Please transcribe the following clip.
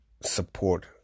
support